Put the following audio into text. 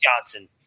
Johnson